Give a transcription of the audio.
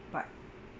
but